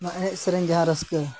ᱱᱚᱣᱟ ᱮᱱᱮᱡ ᱥᱮᱨᱮᱧ ᱡᱟᱦᱟᱸ ᱨᱟᱹᱥᱠᱟᱹ